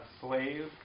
slave